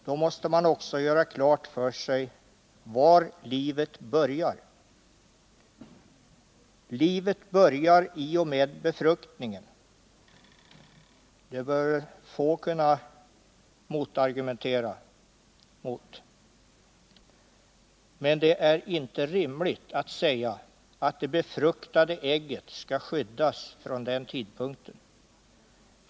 Då måste man också göra klart för sig var livet börjar. Livet börjar i och med befruktningen. Detta torde få kunna argumentera emot. Men det är inte rimligt att säga att det befruktade ägget skall skyddas från den tidpunkten.